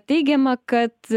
teigiama kad